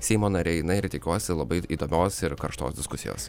seimo nariai na ir tikiuosi labai įdomios ir karštos diskusijos